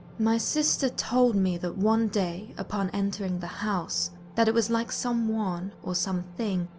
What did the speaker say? my sister told me that one day, upon entering the house, that it was like someone, or something,